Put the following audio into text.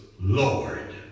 Lord